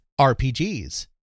RPGs